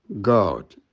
God